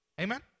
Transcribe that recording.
Amen